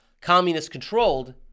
communist-controlled